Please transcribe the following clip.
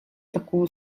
такую